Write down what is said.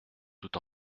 tout